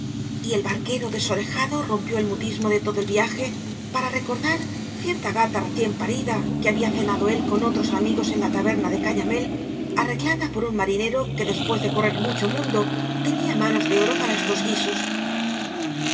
y el barquero desorejado rompió el mutismo de todo el viaje para recordar cierta gata recién parida que había cenado él con otros amigos en la taberna de gañamélf arreglada por un marinero que después de correr mucho mundo tenía manos de oro para estos guisos